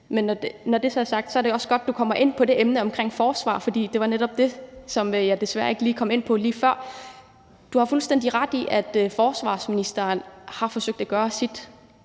Men når det er sagt, er det også godt, at du kommer ind på emnet forsvar, for det var netop det, som jeg desværre ikke lige kom ind på før. Du har fuldstændig ret i, at forsvarsministeren har forsøgt at gøre sit,